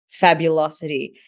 fabulosity